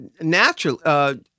naturally